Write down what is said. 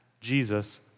Jesus